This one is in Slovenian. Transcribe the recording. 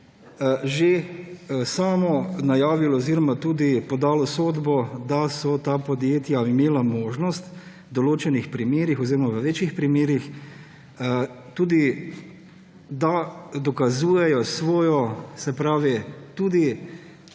že samo najavilo oziroma podalo sodbo, da so ta podjetja tudi imela možnost v določenih primerih oziroma v več primerih, da dokazujejo svojo sposobnost,